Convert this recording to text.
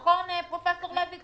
נכון, פרופ' לוי?